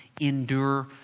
endure